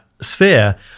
sphere